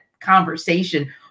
conversation